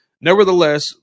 nevertheless